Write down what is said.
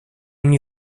nie